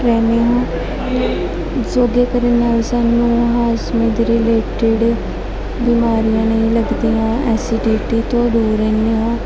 ਰਹਿੰਦੇ ਹਾਂ ਯੋਗਾ ਕਰਨ ਨਾਲ ਸਾਨੂੰ ਹਾਜਮੇ ਦੇ ਰਿਲੇਟਡ ਬਿਮਾਰੀਆਂ ਨਹੀਂ ਲੱਗਦੀਆਂ ਐਸੀਡੀਟੀ ਤੋਂ ਦੂਰ ਰਹਿੰਦੇ ਹਾਂ